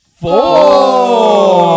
four